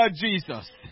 Jesus